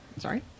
Sorry